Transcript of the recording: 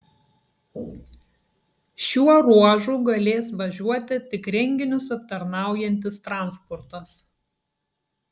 šiuo ruožu galės važiuoti tik renginius aptarnaujantis transportas